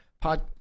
pod